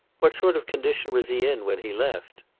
what sort of condition was he in when he left?